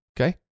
Okay